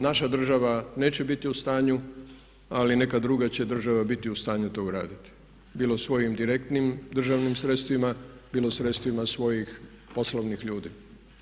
Naša država neće biti u stanju ali neka druga će država bitu u stanju to uraditi bilo svojim direktnim državnim sredstvima bilo sredstvima svojih poslovnih ljudi.